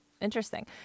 interesting